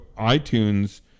iTunes